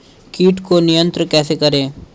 कीट को नियंत्रण कैसे करें?